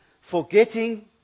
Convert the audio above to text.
forgetting